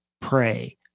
pray